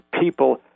people